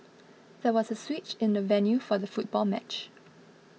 there was a switch in the venue for the football match